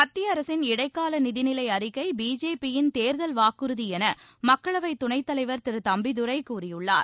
மத்திய அரசின் இடைக்கால நிதிநிலை அறிக்கை பிஜேபியின் தேர்தல் வாக்குறுதி என மக்களவைத் துணைத் தலைவர் திரு தம்பிதுரை கூறியுள்ளார்